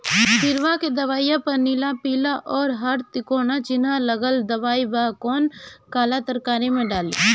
किड़वा के दवाईया प लाल नीला पीला और हर तिकोना चिनहा लगल दवाई बा कौन काला तरकारी मैं डाली?